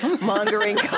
mongering